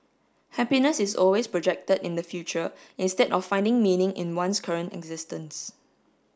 happiness is always projected in the future instead of finding meaning in one's current existence